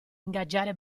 ingaggiare